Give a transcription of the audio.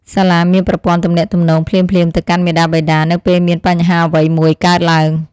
សាលាមានប្រព័ន្ធទំនាក់ទំនងភ្លាមៗទៅកាន់មាតាបិតានៅពេលមានបញ្ហាអ្វីមួយកើតឡើង។